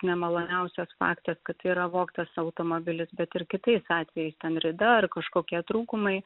nemaloniausias faktas kad tai yra vogtas automobilis bet ir kitais atvejais ten rida ar kažkokie trūkumai